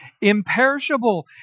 imperishable